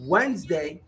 Wednesday